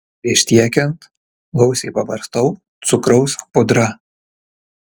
prieš tiekiant gausiai pabarstau cukraus pudra